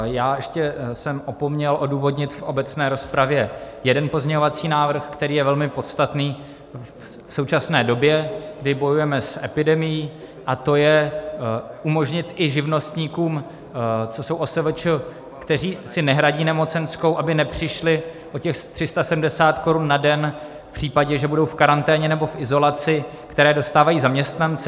Já ještě jsem opomněl odůvodnit v obecné rozpravě jeden pozměňovací návrh, který je velmi podstatný v současné době, kdy bojujeme s epidemií, a to je umožnit i živnostníkům, co jsou OSVČ, kteří si nehradí nemocenskou, aby nepřišli o těch 370 korun na den v případě, že budou v karanténě nebo v izolaci, které dostávají zaměstnanci.